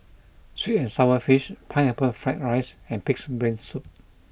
Sweet and Sour Fish Pineapple Fried Rice and Pig'S Brain Soup